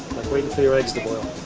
waiting for your eggs to boil.